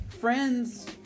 friends